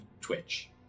twitch